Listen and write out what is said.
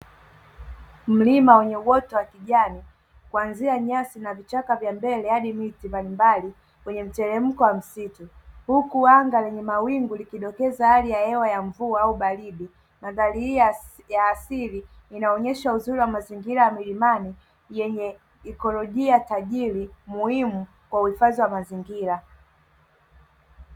Mlima wenye uoto wa kijani kuanzia nyasi na vichaka vya mbele hadi miti mbalimbali kwenye mteremko wa msitu. Huku anga lenye mawingu likidokeza hali ya hewa ya mvua au baridi. Mandhari hii ya asili inaonyesha uzuri wa mazingira ya milimani yenye ikolojia tajiri, muhimu kwa uhifadhi wa mazingira.